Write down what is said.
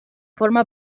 forma